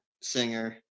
singer